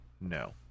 No